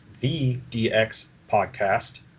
thedxpodcast